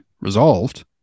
resolved